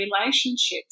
relationships